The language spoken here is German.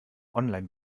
online